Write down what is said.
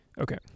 Okay